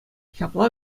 ҫапла